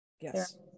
yes